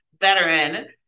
veteran